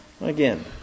Again